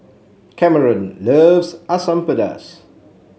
Cameron loves Asam Pedas